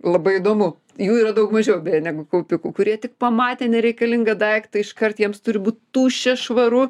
labai įdomu jų yra daug mažiau beje negu kaupikų kurie tik pamatę nereikalingą daiktą iškart jiems turi būt tuščia švaru